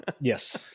Yes